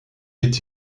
est